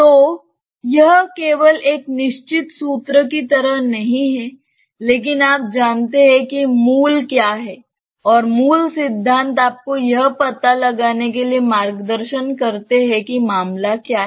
तो यह केवल एक निश्चित सूत्र की तरह नहीं है लेकिन आप जानते हैं कि मूल सिद्धांत क्या है हमने यह देखने के लिए पर्याप्त संख्या में उदाहरणों पर चर्चा की है कि मूल सिद्धांत क्या है और मूल सिद्धांत आपको यह पता लगाने के लिए मार्गदर्शन करते हैं कि मामला क्या है